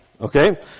okay